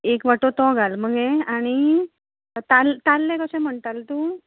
एक वांटो तो घाल मगे आनी ताल ताल्ले कशे म्हणटाल तूं